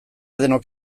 denok